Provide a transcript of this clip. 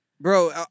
bro